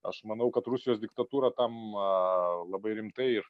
aš manau kad rusijos diktatūra tam labai rimtai ir